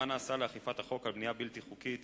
מה נעשה לאכיפת החוק במקרים של בנייה בלתי חוקית